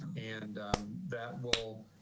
and that will